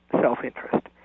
self-interest